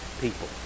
people